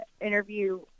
interview